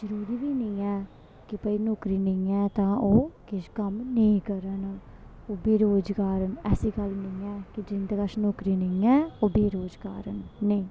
जरूरी बी नी ऐ कि भाई नौकरी नेईं ऐ ते ओह् किश कम्म नेईं करन ओह् बेरोजगार न ऐसी गल्ल नेईं ऐ कि जिंदे कश नौकरी नेईं ऐ ओह् बेरोजगार न नेईं